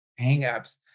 hangups